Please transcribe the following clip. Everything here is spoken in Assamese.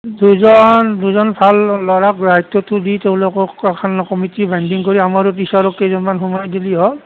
দুইজন দুজন ভাল ল'ৰাক দায়িত্বটো দি তেওঁলোকক এখন কমিটি বাইনডিং কৰি আমাৰো দুই চাৰি কেইজনমান সোমাই দিলেই হ'ল